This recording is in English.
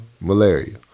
malaria